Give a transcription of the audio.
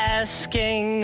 asking